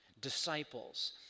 disciples